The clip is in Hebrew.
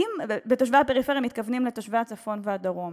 ב"תושבי הפריפריה" מתכוונים לתושבי הצפון והדרום.